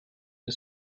nie